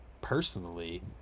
personally